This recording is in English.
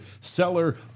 seller